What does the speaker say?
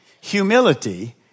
Humility